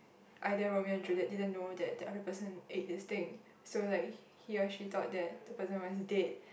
either Romeo and Juliet didn't know that the other person ate this thing so like he or she thought that the person was dead